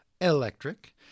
Electric